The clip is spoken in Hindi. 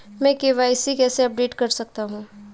मैं के.वाई.सी कैसे अपडेट कर सकता हूं?